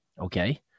Okay